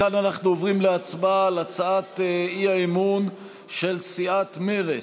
מכאן אנחנו עוברים להצבעה על הצעת האי-אמון של סיעת מרצ,